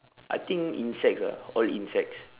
I think insects ah all insects